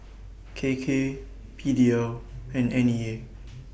K K P D L and N E A